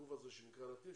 לגוף הזה שנקרא נתיב,